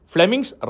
Fleming's